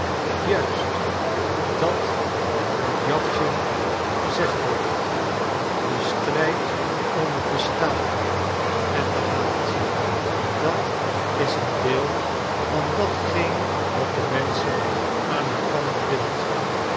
juist dat wat jawschin gezegd heeft de strijd om het bestaan en de haat dat is een deel van datgene wat de menschen aan elkander bindt